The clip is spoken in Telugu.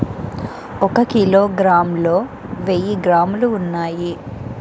ఒక కిలోగ్రామ్ లో వెయ్యి గ్రాములు ఉన్నాయి